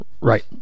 right